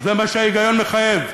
זה מה שההיגיון מחייב.